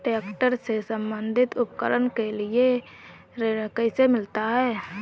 Tractor से संबंधित उपकरण के लिए ऋण कैसे मिलता है?